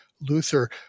Luther